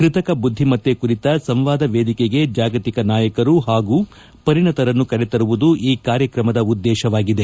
ಕೃತಕ ಬುದ್ದಿಮತ್ತೆ ಕುರಿತ ಸಂವಾದ ವೇದಿಕೆಗೆ ಜಾಗತಿಕ ನಾಯಕರು ಹಾಗೂ ಪರಿಣಿತರನ್ನು ಕರೆತರುವುದು ಈ ಕಾರ್ಯಕ್ರಮದ ಉದ್ದೇಶವಾಗಿದೆ